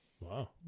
Wow